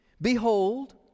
Behold